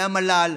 מהמל"ל,